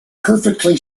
perfectly